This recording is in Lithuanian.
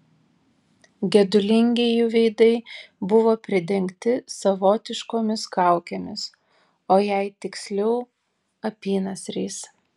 gedulingi jų veidai buvo pridengti savotiškomis kaukėmis o jei tiksliau apynasriais